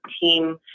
team